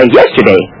yesterday